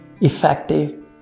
effective